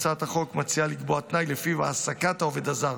הצעת החוק מציעה לקבוע תנאי שלפיו העסקת העובד הזר